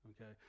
okay